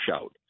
shout